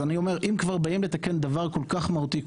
אם כבר באים לתקן דבר שהוא כל כך מהותי,